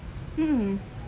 mm